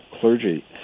clergy